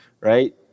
right